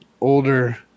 older